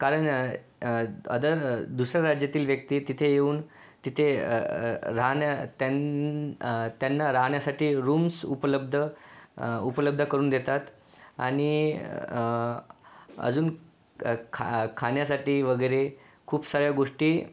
कारण अदर दुसऱ्या राज्यातील व्यक्ती तिथे येऊन तिथे राहण्या त्यां त्यांना राहण्यासाठी रूम्स उपलब्ध उपलब्ध करून देतात आणि अजून ख खाण्यासाठी वगैरे खूप साऱ्या गोष्टी